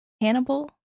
Hannibal